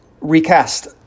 recast